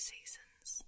seasons